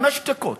חמש דקות